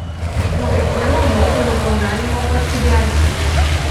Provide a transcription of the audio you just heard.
nuo kiekvieno mauko jau buvo galima pasigerti